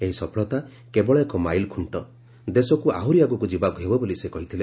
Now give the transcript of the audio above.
ଏହି ସଫଳତା କେବଳ ଏକ ମାଇଲ୍ ଖୁଣ୍ଟ ଦେଶକୁ ଆହୁରି ଆଗକୁ ଯିବାକୁ ହେବ ବୋଲି ସେ କହିଥିଲେ